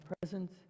presence